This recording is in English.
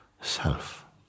Self